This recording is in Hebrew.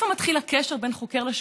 איפה מתחיל הקשר בין חוקר לשופטת?